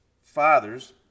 Fathers